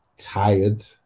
tired